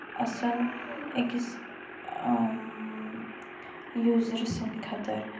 اَصٕل أکِس یوٗزرٕ سٕندِ خٲطرٕ